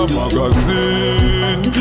magazine